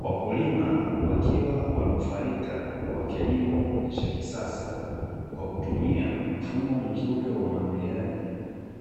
Wakulima wakiwa wanufaika kwa kilimo cha kisasa, kwa kutumia mfumo mzuri wa umwagiliaji